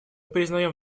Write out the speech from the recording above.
признаем